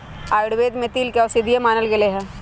आयुर्वेद में तिल के औषधि मानल गैले है